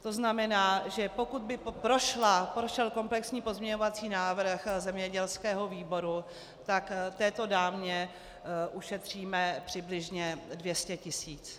To znamená, že pokud by prošel komplexní pozměňovací návrh zemědělského výboru, tak této dámě ušetříme přibližně 200 tisíc.